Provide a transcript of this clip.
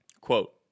Quote